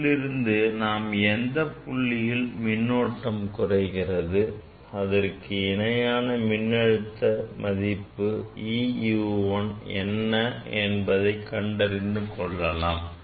இதிலிருந்து நாம் எந்தப் புள்ளியில் மின்னோட்டம் குறைகிறது அதற்கு இணையான மின்னழுத்த மதிப்பு e U1 என்ன என்பதை கண்டறிந்து கொள்ளலாம்